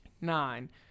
nine